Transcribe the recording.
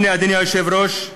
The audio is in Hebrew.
אדוני היושב-ראש,